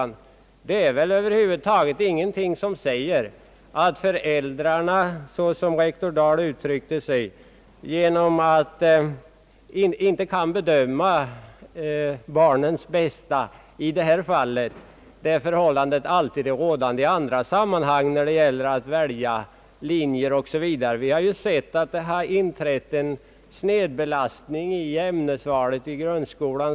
Det finns väl över huvud taget ingenting som säger att föräldrarna, som rektor Dahl uttryckte sig, inte kan bedöma barnens bästa i det här fallet. Den förmågan förutsättes ju alltid i andra sammanhang, vid val av linje etc. Vi vet alla att det har skett en snedbelastning i fråga om ämnesvalet i grundskolan.